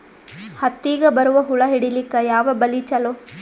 ಹತ್ತಿಗ ಬರುವ ಹುಳ ಹಿಡೀಲಿಕ ಯಾವ ಬಲಿ ಚಲೋ?